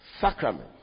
sacrament